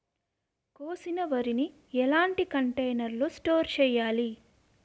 కోసిన వరిని ఎలాంటి కంటైనర్ లో స్టోర్ చెయ్యాలి?